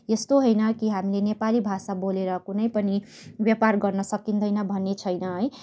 यस्तो होइन कि हामीले नेपाली भाषा बोलेर कुनै पनि व्यापार गर्नु सकिँदैन भन्ने छैन है